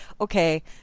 okay